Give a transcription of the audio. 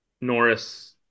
Norris